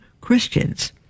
Christians